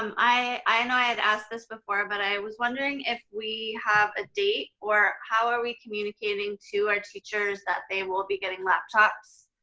i i know i had asked this before, but i was wondering if we have a date or how are we communicating to our teachers that they will be getting laptops?